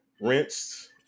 rinsed